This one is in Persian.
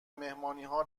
مهمانیها